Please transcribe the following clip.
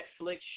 Netflix